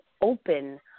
open